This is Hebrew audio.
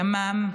ימ"מ,